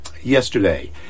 yesterday